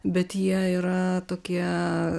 bet jie yra tokie